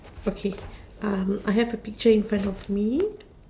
okay um I have a picture in front of me